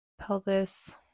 pelvis